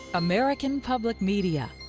american public media,